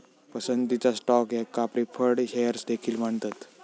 पसंतीचा स्टॉक याका preferred shares देखील म्हणतत